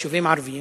יישובים ערביים,